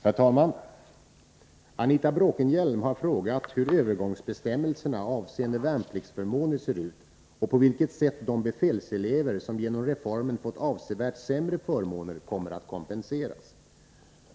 Herr talman! Anita Bråkenhielm har frågat hur övergångsbestämmelserna avseende värnpliktsförmåner ser ut och på vilket sätt de befälselever som genom reformen fått avsevärt sämre förmåner kommer att kompenseras.